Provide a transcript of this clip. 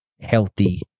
healthy